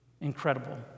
incredible